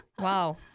Wow